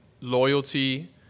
loyalty